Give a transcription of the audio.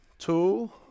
Two